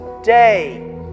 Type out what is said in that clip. day